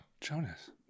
jonas